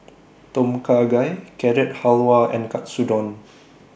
Tom Kha Gai Carrot Halwa and Katsudon